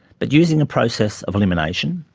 but using a process of elimination,